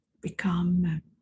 become